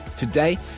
Today